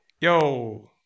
Yo